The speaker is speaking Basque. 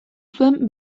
zuen